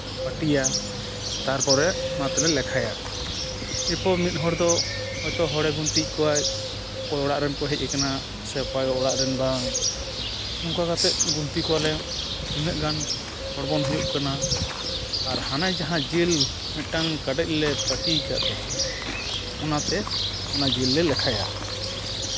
ᱯᱟᱹᱴᱤᱭᱟ ᱛᱟᱨᱯᱚᱨᱮ ᱱᱚᱣᱟ ᱛᱮᱞᱮ ᱞᱮᱠᱷᱟᱭᱟ ᱮᱨᱯᱚᱨ ᱢᱤᱫ ᱦᱚᱲ ᱫᱚ ᱦᱚᱭᱛᱳ ᱦᱚᱲᱮ ᱜᱩᱱᱛᱤᱭᱮᱫ ᱠᱚᱣᱟᱭ ᱚᱠᱚᱭ ᱚᱲᱟᱜ ᱨᱮᱱ ᱠᱚ ᱦᱮᱡ ᱠᱟᱱᱟ ᱥᱮ ᱚᱠᱚᱭ ᱚᱲᱟᱜ ᱨᱮᱱ ᱵᱟᱝ ᱚᱱᱠᱟ ᱠᱟᱛᱮᱫ ᱜᱩᱱᱛᱤ ᱠᱚᱣᱟᱞᱮ ᱛᱤᱱᱟᱹᱜ ᱜᱟᱱ ᱦᱚᱲᱵᱚᱱ ᱦᱩᱭᱩᱜ ᱠᱟᱱᱟ ᱟᱨ ᱦᱟᱱᱮ ᱡᱟᱦᱟᱸ ᱡᱤᱞ ᱢᱤᱫᱴᱟᱱ ᱠᱟᱰᱮᱡ ᱞᱮ ᱯᱟᱹᱴᱤᱭ ᱟᱠᱟᱜ ᱫᱚ ᱚᱱᱟᱛᱮ ᱚᱱᱟ ᱡᱤᱞ ᱞᱮ ᱞᱮᱠᱷᱟᱭᱟ